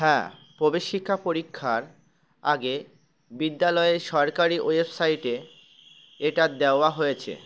হ্যাঁ প্রবেশিক্ষা পরীক্ষার আগে বিদ্যালয়ের সরকারি ওয়েবসাইটে এটা দেওয়া হয়েছে